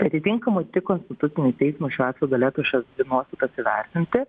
atitinkamai tik konstitucinis teismas šiuo atveju galėtų šias dvi nuostatas įvertinti